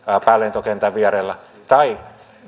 päälentokentän vieressä tai